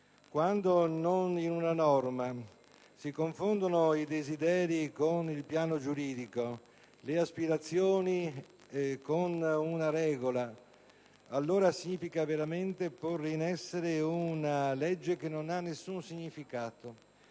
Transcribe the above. Quando in una norma si confondono i desideri con il piano giuridico, le aspirazioni con una regola, allora significa veramente porre in essere una legge che non ha alcun significato.